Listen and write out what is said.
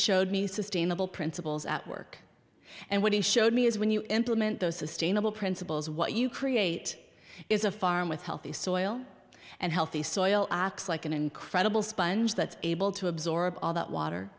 showed me sustainable principles at work and what he showed me is when you implement those sustainable principles what you create is a farm with healthy soil and healthy soil like an incredible sponge that's able to absorb all that water